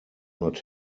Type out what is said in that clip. not